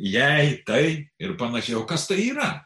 jei tai ir panašiai o kas tai yra